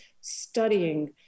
studying